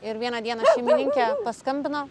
ir vieną dieną šeimininkė paskambino